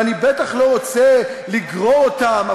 ואני בטח לא רוצה לגרור אותם.